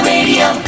Radio